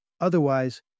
Otherwise